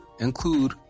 include